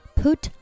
put